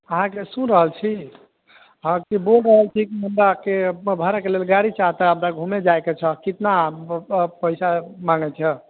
अहाँके सुन रहल छी हॅं की बोल रहल छी कि हमरा के भाड़ाके लेल गाड़ी चाहता हमर घूमे जाइके छऽ कितना अऽ अऽ पइसा माँगै छऽ